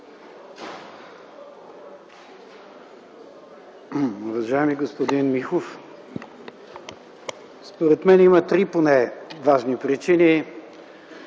Благодаря